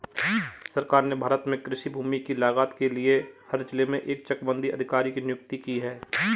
सरकार ने भारत में कृषि भूमि की लागत के लिए हर जिले में एक चकबंदी अधिकारी की नियुक्ति की है